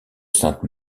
sainte